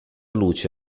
luce